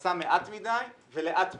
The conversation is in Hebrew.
נעשה מעט מדי ולאט מדי.